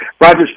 Roger